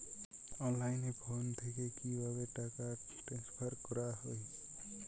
অনলাইনে ফোন থেকে কিভাবে টাকা ট্রান্সফার করা হয়?